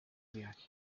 viaje